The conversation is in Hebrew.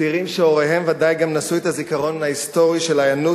צעירים שהוריהם ודאי גם נשאו את הזיכרון ההיסטורי של ההיענות